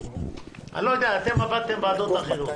אני לא יודע, אתם עבדתם בוועדות אחרות.